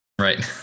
Right